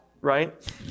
right